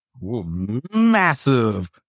Massive